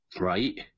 right